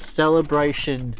celebration